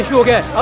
will get